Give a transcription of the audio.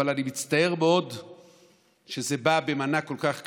אבל אני מצטער מאוד שזה בא במנה כל כך קטנה,